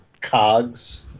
cogs